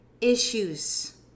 issues